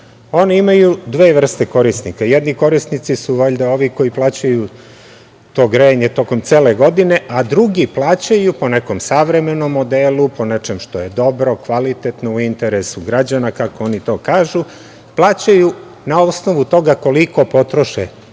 One imaju dve vrste korisnika. Jedni korisnici su valjda ovi koji plaćaju to grejanje tokom cele godine, a drugi plaćaju po nekom savremenom modelu, po nečemu što je dobro, kvalitetno, u interesu građana, kako oni to kažu, plaćaju na osnovu toga koliko potroše